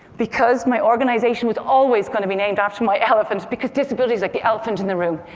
because my organization was always going to be named after my elephant, because disability is like the elephant in the room.